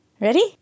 Ready